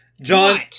John